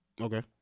Okay